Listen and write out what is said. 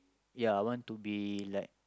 ya want to be like